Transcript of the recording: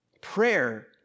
Prayer